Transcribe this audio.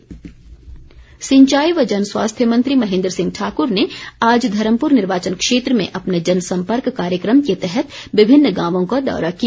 महेन्द्र सिंह सिंचाई व जन स्वास्थ्य मंत्री महेन्द्र सिंह ठाकुर ने आज धर्मपुर निर्वाचन क्षेत्र में अपने जन संपर्क कार्यक्रम के तहत विभिन्न गांवों का दौरा किया